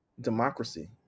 democracy